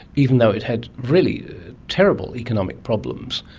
even though it had really terrible economic problems,